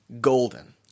Golden